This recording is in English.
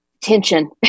tension